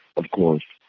of course,